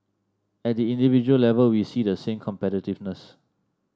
at the individual level we see the same competitiveness